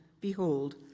Behold